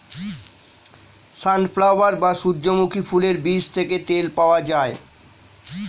sunflower বা সূর্যমুখী ফুলের বীজ থেকে তেল পাওয়া যায়